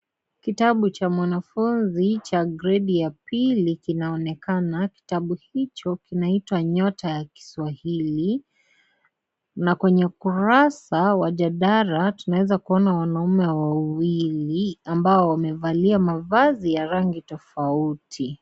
Kitabu cha mwanafunzi cha gredi ya pili kinaonekana kitabu hicho kinaitwa nyota ya kiswahili na kwenye ukurasa wa jadala tunaeza kuona wanaume wawili ambao wamevalia mavazi ya rangi tofauti.